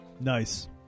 Nice